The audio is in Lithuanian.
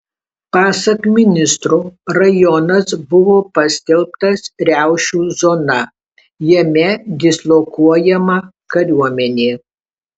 pasak ministro rajonas buvo paskelbtas riaušių zona jame dislokuojama kariuomenė